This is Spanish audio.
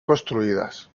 construidas